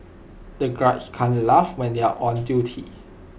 the guards can't laugh when they are on duty